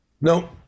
No